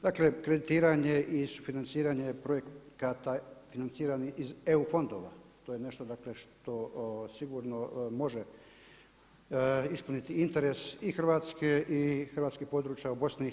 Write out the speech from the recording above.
Dakle, kreditiranje iz financiranja projekata financiranih iz EU fondova, to je nešto dakle što sigurno može ispuniti interes i Hrvatske i hrvatskih područja u BIH.